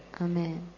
Amen